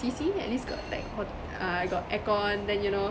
see see at least got like hot~ err got aircond then you know